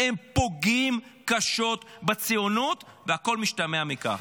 הם פוגעים קשות בציונות והכל משמע מכך.